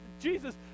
Jesus